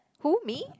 who me